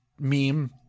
meme